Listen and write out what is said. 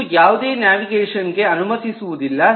ಇದು ಯಾವುದೇ ನ್ಯಾವಿಗೇಶನ್ ಗೆ ಅನುಮತಿಸುವುದಿಲ್ಲ